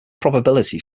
probability